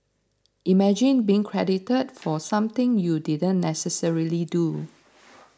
imagine being credited for something you didn't necessarily do